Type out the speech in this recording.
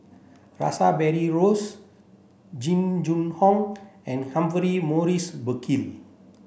Rash Behari Rose Jing Jun Hong and Humphrey Morrison Burkill